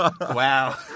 Wow